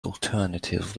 alternative